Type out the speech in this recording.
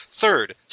third